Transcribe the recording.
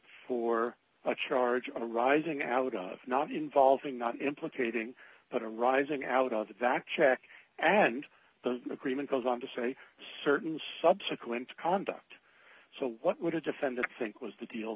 for a charge arising out of not involving not implicating but arising out of the fact check and the agreement goes on to say certain subsequent conduct so what would a defendant think was the deal